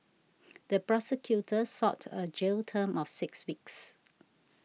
the prosecutor sought a jail term of six weeks